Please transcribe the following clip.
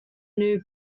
new